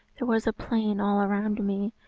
there was a plain all around me,